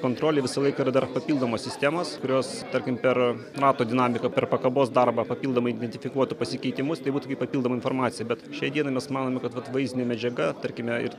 kontrolėj visą laiką yra dar papildomos sistemos kurios tarkim per mato dinamiką per pakabos darbą papildomai identifikuotų pasikeitimus tai būtų kaip papildoma informacija bet šiai dienai mes manome kad vat vaizdinė medžiaga tarkime ir